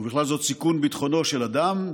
ובכלל זאת סיכון ביטחונו של אדם,